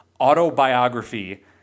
autobiography